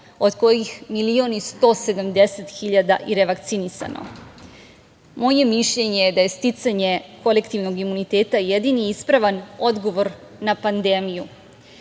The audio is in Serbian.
od kojih 1.170.000 je revakcinisano. Moje mišljenje je da je sticanje kolektivnog imuniteta jedini ispravan odgovor na pandemiju.